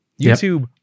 YouTube